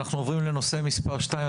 אנחנו עוברים לנושא מספר שתיים,